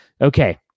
Okay